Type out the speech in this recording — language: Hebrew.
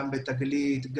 גם בתגלית,